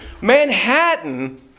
Manhattan